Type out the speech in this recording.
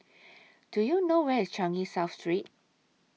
Do YOU know Where IS Changi South Street